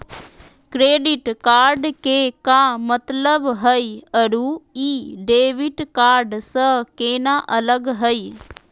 Credit card के का मतलब हई अरू ई डेबिट कार्ड स केना अलग हई?